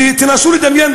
תנסו לדמיין,